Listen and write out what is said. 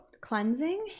cleansing